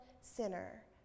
sinner